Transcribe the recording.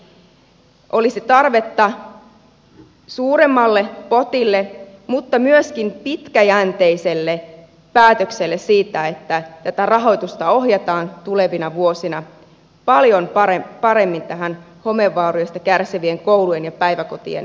olisi tarvetta suuremmalle potille mutta myöskin pitkäjänteiselle päätökselle siitä että tätä rahoitusta ohjataan tulevina vuosina paljon paremmin tähän homevaurioista kärsivien koulujen ja päiväkotien korjaamiseen